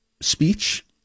speech